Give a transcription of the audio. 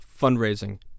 fundraising